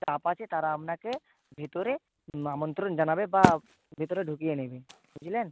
staff আছে তারা আপনাকে ভেতরে আমন্ত্রণ জানাবে বা ভেতরে ঢুকিয়ে নেবে বুঝলেন